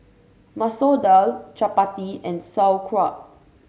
Masoor Dal Chapati and Sauerkraut